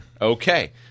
okay